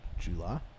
July